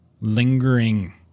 lingering